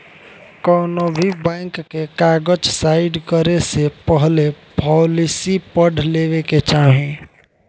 कौनोभी बैंक के कागज़ साइन करे से पहले पॉलिसी पढ़ लेवे के चाही